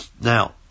now